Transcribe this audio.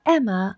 Emma